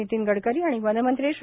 नितीन गडकरी आणि वनमंत्री श्री